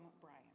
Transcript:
Brian